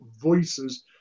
voices